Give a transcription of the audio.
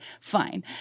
Fine